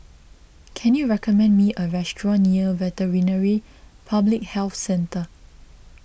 can you recommend me a restaurant near Veterinary Public Health Centre